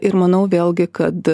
ir manau vėlgi kad